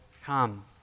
come